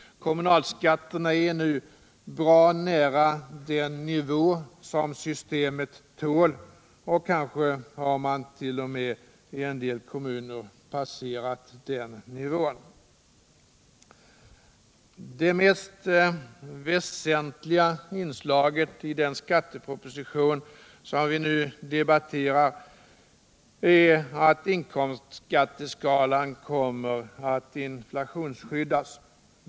Kommunalskatterna är nu bra nära den nivå som systemet tål, och kanske har man t.o.m. i en del kommuner passerat den nivån. Det mest väsentliga inslaget i den skatteproposition som vi nu debatterar är att inkomstskatteskalan kommer att inflationsskyddas.